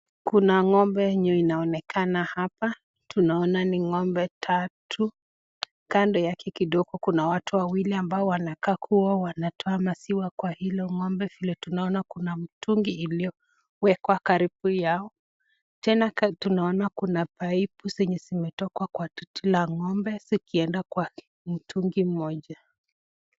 Kuna ng'ombe yenye inaonekana hapa, tunaona ni ng'ombe tatu kando yake kidogo kuna watu wawili wanakaa kuwa wanatoa maziwa kwa hilo ng'ombe. Vile tunaona kuna mtungi iliyowekwa karibu yao tena tunaona kuna paipu zenye zimetoka kwa titi la ng'ombe zikienda kwa mtungi mmoja.